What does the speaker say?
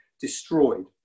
destroyed